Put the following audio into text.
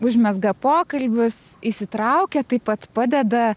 užmezga pokalbius įsitraukia taip pat padeda